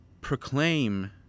proclaim